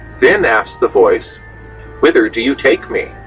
then asks the voice whither do you take me?